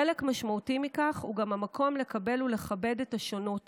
חלק משמעותי מכך הוא גם המקום לקבל ולכבד את השונות